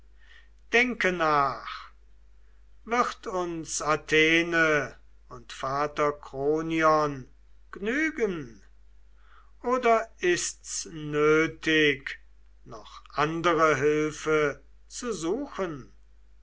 denke nach wird uns athene und vater kronion gnügen oder ist's nötig noch andere hilfe zu suchen